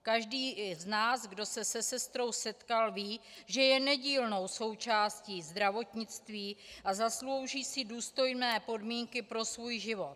Každý z nás, kdo se se sestrou setkal, ví, že je nedílnou součástí zdravotnictví a zaslouží si důstojné podmínky pro svůj život.